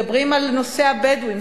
מדברים על נושא הבדואים,